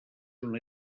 una